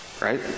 Right